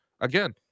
again